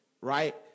right